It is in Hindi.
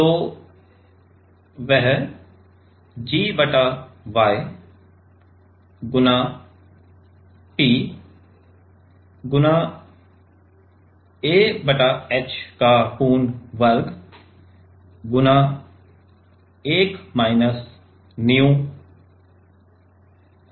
तो वह है G बटा Y गुणा P a बटा h पूरा वर्ग गुणा 1 माइनस nu